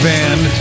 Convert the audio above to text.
Band